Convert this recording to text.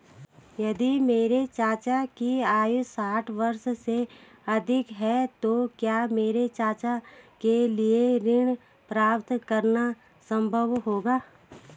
यदि मेरे चाचा की आयु साठ वर्ष से अधिक है तो क्या मेरे चाचा के लिए ऋण प्राप्त करना संभव होगा?